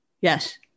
Yes